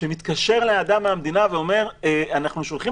שמתקשר אליי אדם מן המדינה ואומר: אנחנו שולחים